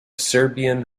serbian